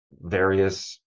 various